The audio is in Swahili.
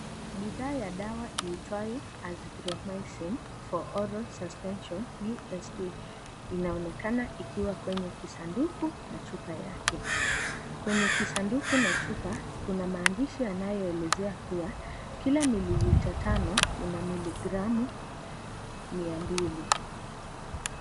Bidhaa ya dawa iitwayo Azithiromycin for oral suspension USP inaonekana ikiwa kwenye kisanduku na chupa yake ,kwenye kisanduku na picha kuna maandishi ambayo yanaelezea kuwa kila mililita tano ina miligramu mia mbili.